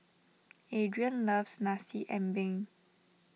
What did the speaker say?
Adrian loves Nasi Ambeng